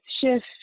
shift